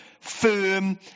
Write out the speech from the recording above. firm